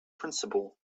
principle